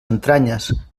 entranyes